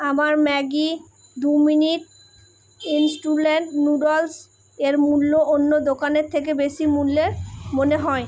আমার ম্যাগি দু minute instant নুডলসের মূল্য অন্য দোকানের থেকে বেশি মূল্যের মনে হয়